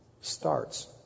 starts